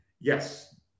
yes